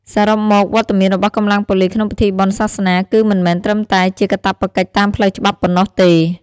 សរុបមក វត្តមានរបស់កម្លាំងប៉ូលិសក្នុងពិធីបុណ្យសាសនា គឺមិនមែនត្រឹមតែជាកាតព្វកិច្ចតាមផ្លូវច្បាប់ប៉ុណ្ណោះទេ។